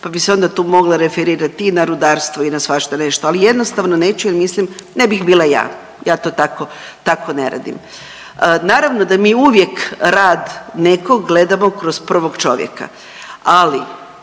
pa bi se onda tu mogla referirati i na rudarstvo i na svašta nešto, ali jednostavno neću jer mislim ne bih bila ja, ja to tako, tako ne radim. Naravno da mi uvijek rad nekog gledamo kroz prvog čovjeka, ali